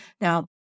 Now